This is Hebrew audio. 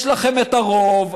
יש לכם את הרוב,